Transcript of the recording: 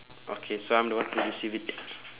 okay so I'm the one who receive it